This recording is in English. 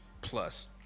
plus